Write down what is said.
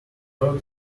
heard